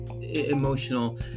emotional